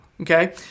Okay